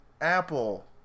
Apple